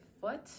foot